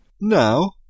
Now